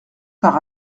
par